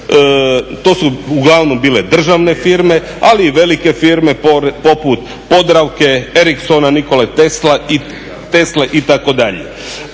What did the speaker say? to su uglavnom bile državne firme, ali i velike firme poput Podravke, Ericssona, Nikole Tesle, itd.